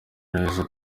neza